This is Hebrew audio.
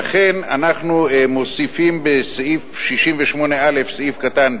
לכן אנחנו מוסיפים בסעיף 68א(ב)